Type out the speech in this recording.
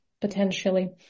potentially